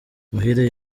muhire